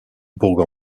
bourg